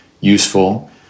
useful